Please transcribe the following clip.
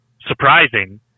surprising